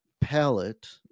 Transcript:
palette